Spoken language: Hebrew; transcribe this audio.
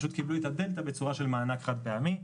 פשוט קיבלו את הדלתא בצורה של מענק חד פעמי.